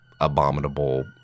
abominable